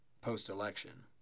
post-election